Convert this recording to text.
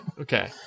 Okay